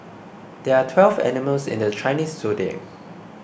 there are twelve animals in the Chinese zodiac